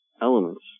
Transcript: elements